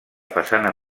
façana